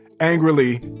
Angrily